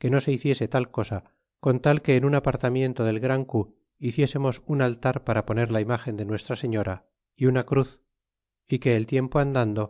que no se hiciese tal cosa con tal que en un apartamiento del gran cu hiciésemos un altar para poner la imagen de nuestra señora é una cruz é que el tiempo andando